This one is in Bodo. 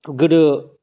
गोदो